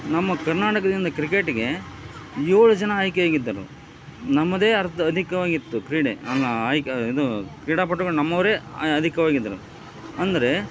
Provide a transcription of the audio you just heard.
ನಮ್ಮ ಕರ್ನಾಟಕದಿಂದ ಕ್ರಿಕೆಟ್ಗೆ ಏಳು ಜನ ಆಯ್ಕೆಯಾಗಿದ್ದರು ನಮ್ಮದೇ ಅರ್ಧ ಅಧಿಕವಾಗಿತ್ತು ಕ್ರೀಡೆ ಆಯ್ಕೆ ಇದು ಕ್ರೀಡಾಪಟುಗಳು ನಮ್ಮವರೇ ಅಧಿಕವಾಗಿದ್ದರು ಅಂದರೆ